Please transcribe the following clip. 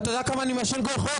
אתה יודע כמה אני מעשן כל חודש?